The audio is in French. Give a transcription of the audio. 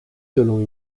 selon